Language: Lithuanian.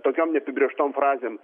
tokiom neapibrėžtoms frazėm